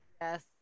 Yes